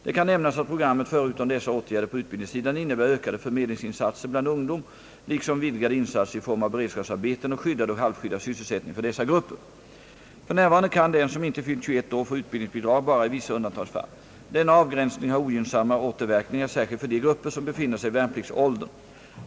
Det kan nämnas att programmet förutom dessa åtgärder på utbildningssidan innebär ökade förmedlingsinsatser bland ungdomen liksom vidgade insatser i form F. n. kan den som inte fyllt 21 år få utbildningsbidrag bara i vissa undantagsfall. Denna avgränsning har ogynnsamma återverkningar särskilt för de grupper som befinner sig i värnpliktsåldern.